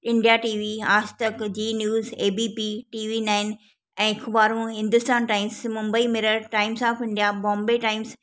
India T V Aaj Tak Zee News A B P T V nine ऐं अख़बारु Hindustan Times Mumbai Mirror Times of India Bombay Times